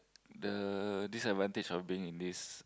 the disadvantage of being in this